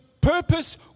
purpose